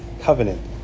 covenant